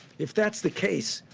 if that's the case,